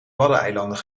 waddeneilanden